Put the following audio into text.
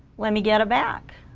let me get it back